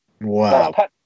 wow